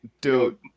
Dude